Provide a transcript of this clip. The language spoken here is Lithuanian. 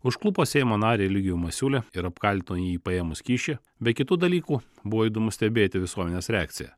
užklupo seimo narį eligijų masiulį ir apkaltino jį paėmus kyšį be kitų dalykų buvo įdomu stebėti visuomenės reakciją